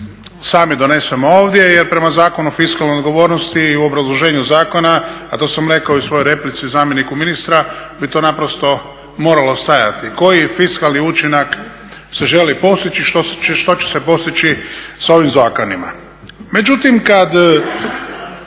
sami doneseno ovdje jer prema Zakonu o fiskalnoj odgovornosti i u obrazloženju zakona, a to sam rekao i u svojoj replici zamjeniku ministra, bi to naprosto moralo stajati, koji je fiskalni učinak se želi postići, što će se postići sa ovim zakonima. Međutim, kada